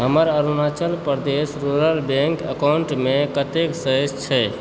हमर Arunachal Pradesh rural bank अकाउंटमे कतेक शेष छै